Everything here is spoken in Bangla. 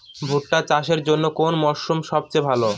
ভুট্টা চাষের জন্যে কোন মরশুম সবচেয়ে ভালো?